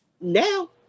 Now